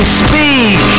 speak